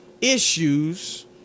issues